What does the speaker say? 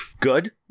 Good